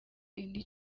indi